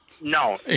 No